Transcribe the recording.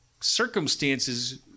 circumstances